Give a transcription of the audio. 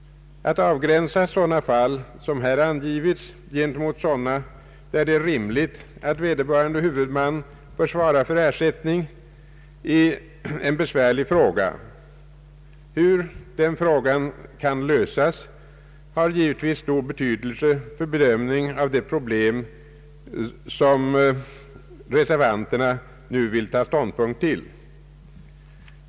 Att avgränsa sådana fall som här angivits gentemot sådana, där det är rimligt att vederbörande huvudman bör svara för ersättning, är en besvärlig fråga. Hur den frågan kan lösas har givetvis stor betydelse för bedömningen av de problem som reservanterna nu vill ta ståndpunkt till.